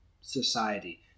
society